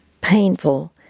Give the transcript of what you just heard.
painful